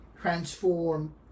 transform